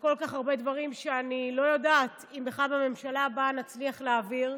וכל כך הרבה דברים שאני לא יודעת אם בכלל בממשלה הבאה נצליח להעביר,